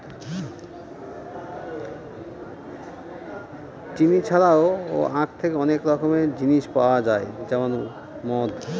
চিনি ছাড়াও আঁখ থেকে অনেক রকমের জিনিস পাওয়া যায় যেমন মদ